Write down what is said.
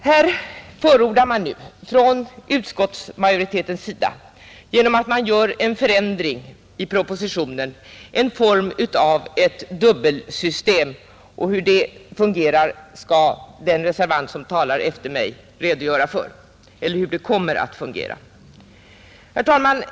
Här förordar man nu från utskottsmajoritetens sida, genom att man gör en förändring i propositionen, en form av dubbelsystem, och hur det kommer att fungera skall den reservant som talar efter mig redogöra för. Herr talman!